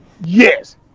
Yes